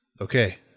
Okay